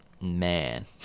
man